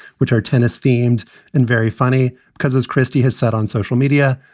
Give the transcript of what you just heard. which are tennis themed and very funny because christie has said on social media,